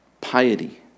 piety